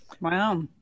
Wow